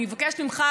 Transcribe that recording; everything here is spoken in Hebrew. אני מבקשת ממך,